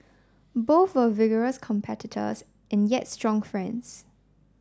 both were vigorous competitors and yet strong friends